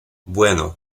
bueno